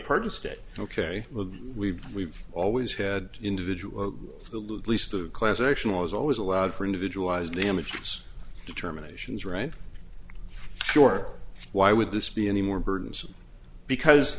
purchased it ok we've we've always had individual loued least the class action was always allowed for individual eyes damages determinations right sure why would this be any more burdensome because